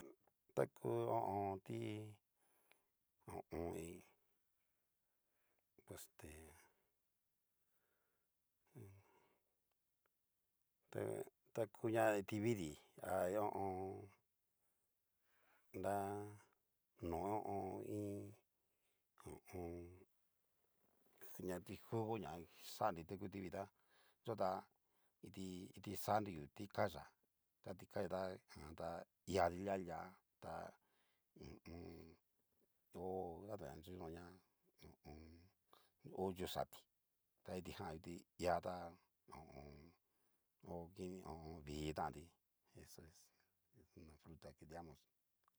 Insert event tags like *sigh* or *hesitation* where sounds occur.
Ta ku ho o on ti ho o on. iin este hu. *hesitation* takuña kitividii ahi o on. nra no ho o on. iin ho o on. ña kiti jugo ña xanri tangu kitivdijan ta yo ta kitixa'nri hu tikaya ta tikaya jan ta ihati lia lia ta hu u un. ho ta ngu no yunoña ho o on. yuxati ta itijan iha tá ho o on. o kini ho o on. vidii tanti eso es una fruta que digamos.